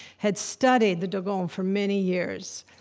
had studied the dogon for many years.